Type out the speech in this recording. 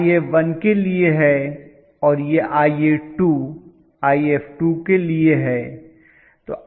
यह Ia1 If1 लिए है और यह Ia2 If2 लिए है